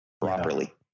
properly